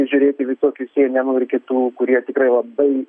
žiūrėti į visokius si enenų ir kitų kurie tikrai labai